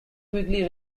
quickly